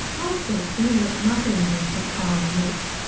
last week we met marketing director carole renouf,